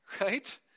right